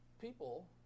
people